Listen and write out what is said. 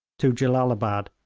to jellalabad,